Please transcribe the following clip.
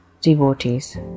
devotees